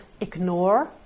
ignore